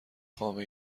خامه